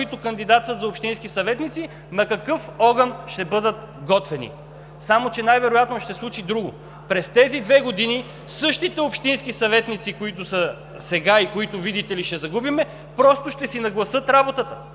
които кандидатстват за общински съветници, на какъв огън ще бъдат готвени. Само че най-вероятно ще се случи друго. През тези две години същите общински съветници, които са сега, и, видите ли, ще загубим, просто ще си нагласят работата,